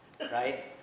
right